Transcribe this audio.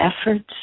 efforts